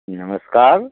जी नमस्कार